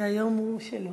שהיום הוא שלו.